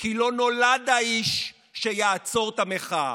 כי לא נולד האיש שיעצור את המחאה.